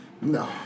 No